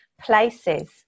places